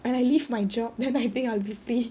and I leave my job then I think I'll be free